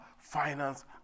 finance